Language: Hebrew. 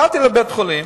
באתי לבית-החולים.